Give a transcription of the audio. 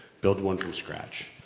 build one from scratch.